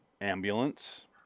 Ambulance